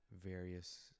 various